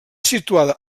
situada